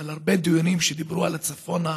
אבל בהרבה דיונים כשדיברו על הצפון,